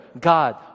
God